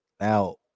Now